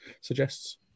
suggests